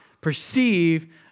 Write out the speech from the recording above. perceive